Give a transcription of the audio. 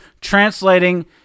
translating